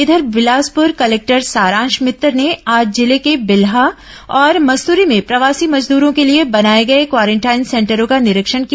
इधर बिलासपुर कलेक्टर सारांश मित्तर ने आज जिले के बिल्हा और मस्तूरी में प्रवासी मजदूरो के लिए बनाए गए क्वारेटाइन सेंटरों का निरीक्षण किया